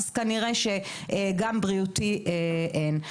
אז כנראה שגם בריאותי אין.